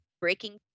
breaking